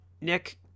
Nick